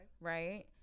right